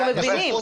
אנחנו מבינים.